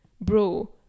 Bro